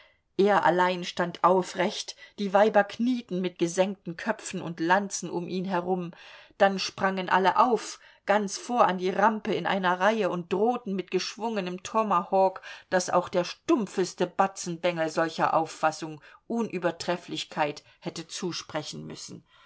er allein stand aufrecht die weiber knieten mit gesenkten köpfen und lanzen um ihn herum dann sprangen alle auf ganz vor an die rampe in eine reihe und drohten mit geschwungenem tomahawk daß auch der stumpfeste batzenbengel solcher auffassung unübertrefflichkeit hätte zusprechen müssen